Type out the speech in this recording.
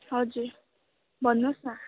हजुर भन्नुहोस् न